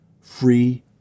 Free